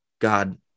God